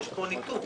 יש פה ניתוק.